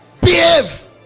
behave